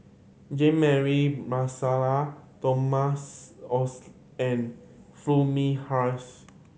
Jean Mary Marsala Thomas Foo Mee Har